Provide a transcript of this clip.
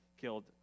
killed